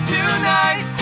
Tonight